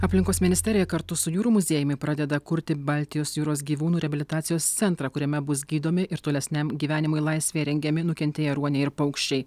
aplinkos ministerija kartu su jūrų muziejumi pradeda kurti baltijos jūros gyvūnų reabilitacijos centrą kuriame bus gydomi ir tolesniam gyvenimui laisvėje rengiami nukentėję ruoniai ir paukščiai